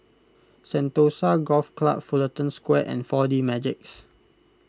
Sentosa Golf Club Fullerton Square and four D Magix